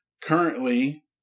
Currently